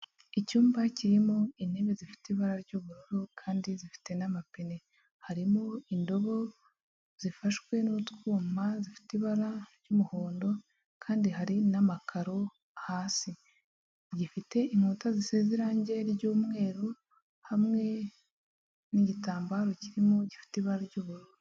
Icyumba kirimo intebe zifite ibara ry'ubururu kandi zifite n'amapine. Harimo indobo zifashwe n'utwuma zifite ibara ry'umuhondo kandi hari n'amakaro hasi. Gifite inkuta zisize irangi ry'umweru, hamwe n'igitambaro kirimo gifite ibara ry'ubururu.